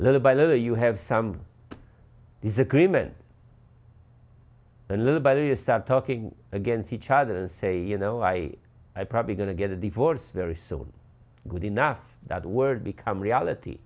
little by little you have some disagreement and little barrier start talking against each other and say you know i am probably going to get a divorce very soon good enough that word become reality